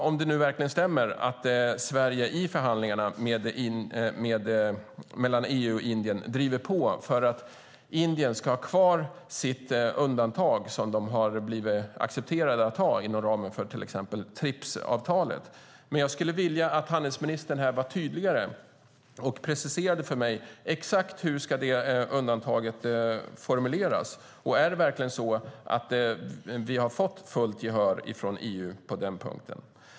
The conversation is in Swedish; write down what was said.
Om det nu verkligen stämmer att Sverige i förhandlingarna mellan EU och Indien driver på för att Indien ska ha kvar det undantag som har accepterats inom ramen för till exempel TRIPS-avtalet tycker jag att det är bra. Jag skulle dock vilja att handelsministern här var tydligare och preciserade för mig exakt hur detta undantag ska formuleras. Är det verkligen så att vi har fått fullt gehör i EU på denna punkt?